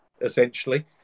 essentially